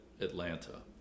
Atlanta